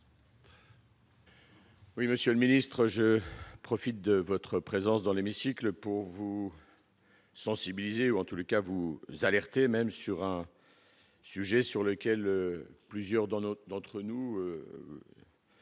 Oui, Monsieur le ministre, je profite de votre présence dans l'hémicycle pour vous sensibiliser, ou en tous les cas vous alerter, même sur un sujet sur lequel plusieurs dans notre